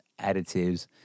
additives